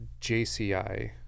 JCI